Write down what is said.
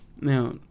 Now